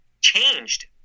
changed